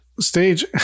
stage